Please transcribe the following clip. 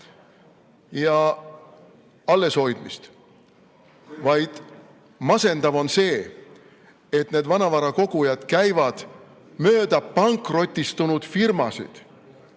ja alles hoidmist, vaid masendav on see, et need vanavarakogujad käivad mööda pankrotistunud firmasid,